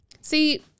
See